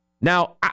Now